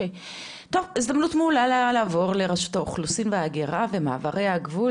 הזדמנות מעולה לעבור לרשות האוכלוסין וההגירה ומעברי הגבול,